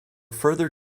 further